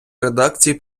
редакції